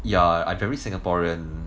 ya I very singaporean